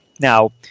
Now